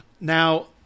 Now